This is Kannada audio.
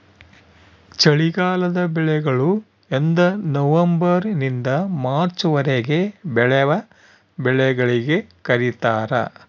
ಚಳಿಗಾಲದ ಬೆಳೆಗಳು ಎಂದನವಂಬರ್ ನಿಂದ ಮಾರ್ಚ್ ವರೆಗೆ ಬೆಳೆವ ಬೆಳೆಗಳಿಗೆ ಕರೀತಾರ